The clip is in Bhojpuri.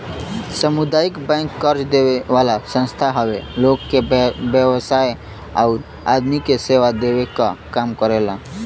सामुदायिक बैंक कर्जा देवे वाला संस्था हौ लोग के व्यवसाय आउर आदमी के सेवा देवे क काम करेला